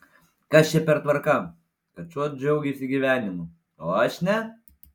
kas čia per tvarka kad šuo džiaugiasi gyvenimu o aš ne